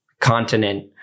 continent